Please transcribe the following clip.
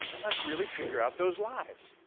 and let's really figure out those lives!